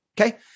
Okay